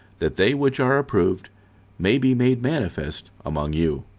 that they which are approved may be made manifest among you.